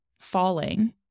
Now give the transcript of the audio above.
falling